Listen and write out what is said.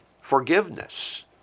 forgiveness